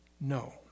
No